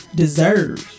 deserve